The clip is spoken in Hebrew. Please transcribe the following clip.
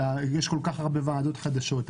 יש כל כך הרבה ועדות חדשות,